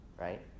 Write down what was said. right